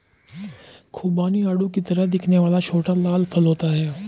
खुबानी आड़ू की तरह दिखने वाला छोटा लाल फल होता है